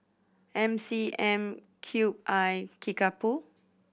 M C M Cube I Kickapoo